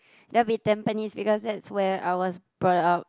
that'll be Tampines because that's where I was brought up